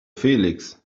felix